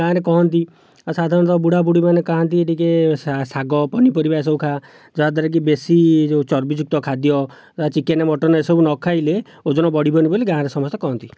ଗାଁ ରେ କହନ୍ତି ଆଉ ସାଧାରଣତଃ ବୁଢ଼ା ବୁଢ଼ୀମାନେ କହନ୍ତି ଟିକେ ଶାଗ ପନିପରିବା ସବୁ ଖା ଯାଦ୍ଵାରାକି ବେଶୀ ଯେଉଁ ଚର୍ବି ଯୁକ୍ତ ଖାଦ୍ୟ ଚିକେନ ମଟନ ଏସବୁ ନ ଖାଇଲେ ଓଜନ ବଢ଼ିବନି ବୋଲି ଗାଁ ରେ ସମସ୍ତେ କହନ୍ତି